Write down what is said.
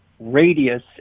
radius